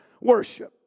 worship